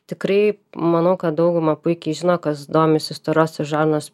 tikrai manau kad dauguma puikiai žino kas domisi storosios žarnos